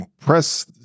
press